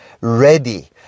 ready